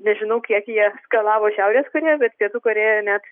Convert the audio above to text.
nežinau kiek jie skalavo šiaurės korėja bet pietų korėja net